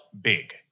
big